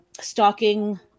stalking